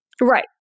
Right